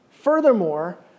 Furthermore